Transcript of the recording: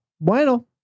Bueno